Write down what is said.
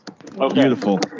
Beautiful